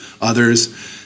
others